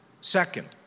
Second